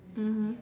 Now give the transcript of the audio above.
mmhmm